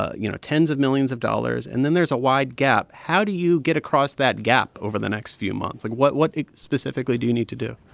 ah you know, tens of millions of dollars. and then there's a wide gap. how do you get across that gap over the next few months? like, what what specifically do you need to do?